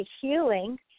healing